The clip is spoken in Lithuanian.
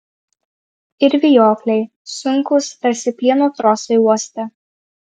ir vijokliai sunkūs tarsi plieno trosai uoste